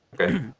Okay